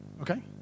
Okay